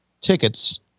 tickets